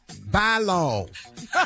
bylaws